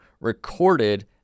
recorded